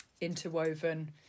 interwoven